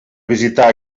visitar